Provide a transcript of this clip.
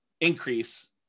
increase